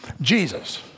Jesus